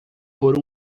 por